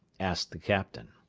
asked the captain.